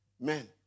men